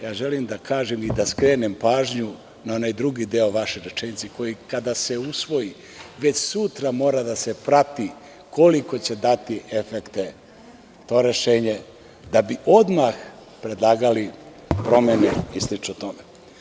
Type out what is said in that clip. Ja želim da kažem i da skrenem pažnju na onaj drugi deo vaše rečenice - koja kada se usvoji, već sutra mora da se prati koliko će dati efekte to rešenje da bismo odmah predlagali promene i slično tome.